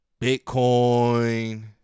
Bitcoin